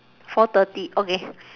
four thirty okay